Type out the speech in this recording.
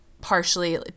partially